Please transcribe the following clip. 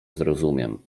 zrozumiem